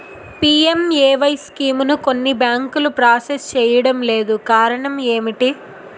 PMAY స్కీమును కొన్ని బ్యాంకులు ప్రాసెస్ చేయడం లేదు కారణం ఏమిటి?